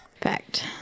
Fact